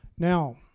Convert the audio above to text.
Now